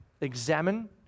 Examine